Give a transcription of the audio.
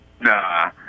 Nah